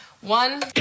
One